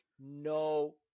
no